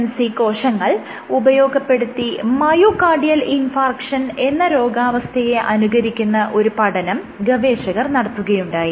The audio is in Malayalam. hMSC കോശങ്ങൾ ഉപയോഗപ്പെടുത്തി മയോകാർഡിയൽ ഇൻഫാർക്ഷൻ എന്ന രോഗാവസ്ഥയെ സിമുലേറ്റ് ചെയ്യുന്ന ഒരു പഠനം ഗവേഷകർ നടത്തുകയുണ്ടായി